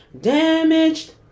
Damaged